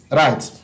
right